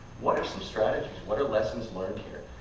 what are some strategies? what are lessons learned here?